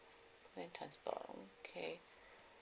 land transport okay